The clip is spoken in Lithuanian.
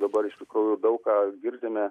dabar iš tikrųjų daug ką girdime